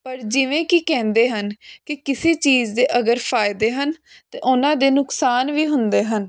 ਪਰ ਜਿਵੇਂ ਕੀ ਕਹਿੰਦੇ ਹਨ ਕਿ ਕਿਸੇ ਚੀਜ਼ ਦੇ ਅਗਰ ਫਾਇਦੇ ਹਨ ਤੇ ਉਹਨਾਂ ਦੇ ਨੁਕਸਾਨ ਵੀ ਹੁੰਦੇ ਹਨ